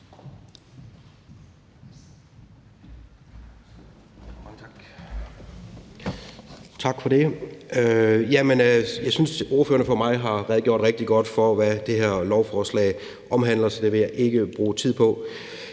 Tak for det. Jeg synes, at ordførerne før mig har redegjort rigtig godt for, hvad det her lovforslag omhandler, så det vil jeg ikke bruge tid på.